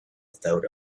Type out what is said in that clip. without